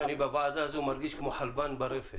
שאני בוועדה הזאת מרגיש כמו רפתן.